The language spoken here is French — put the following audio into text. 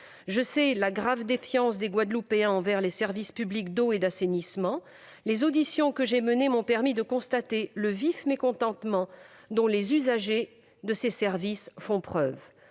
Je sais la profonde défiance des Guadeloupéens envers leurs services publics d'eau et d'assainissement : les auditions que j'ai menées m'ont permis de constater le vif mécontentement qu'expriment les usagers de ces services. Trop